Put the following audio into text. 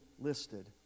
listed